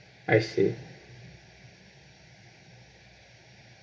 I see